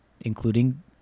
including